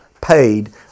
paid